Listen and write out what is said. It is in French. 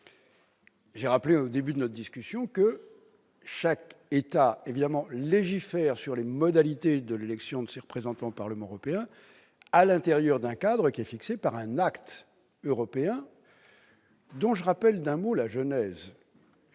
l'ai rappelé au début de notre discussion, chaque État légifère sur les modalités de l'élection de ses représentants au Parlement européen, à l'intérieur d'un cadre fixé par un acte européen, dont je rappelle d'un mot la genèse.